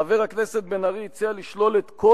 חבר הכנסת בן-ארי הציע לשלול את כל